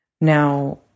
Now